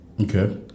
Okay